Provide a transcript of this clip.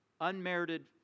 Unmerited